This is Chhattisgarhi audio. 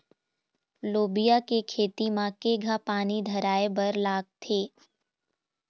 लोबिया के खेती म केघा पानी धराएबर लागथे?